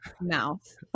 mouth